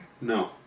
No